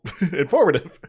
Informative